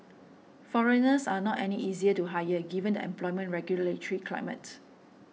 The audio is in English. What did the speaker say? foreigners are not any easier to hire given the employment regulatory climate